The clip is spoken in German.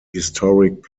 historic